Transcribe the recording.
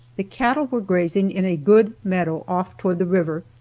the cattle were grazing in a good meadow off toward the river,